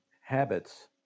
habits